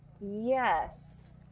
Yes